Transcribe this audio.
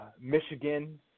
Michigan